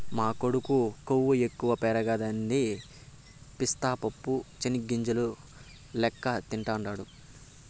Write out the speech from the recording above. మా కొడుకు కొవ్వు ఎక్కువ పెరగదని పిస్తా పప్పు చెనిగ్గింజల లెక్క తింటాండాడు